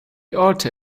alter